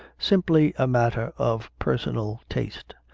simply a matter of personal taste.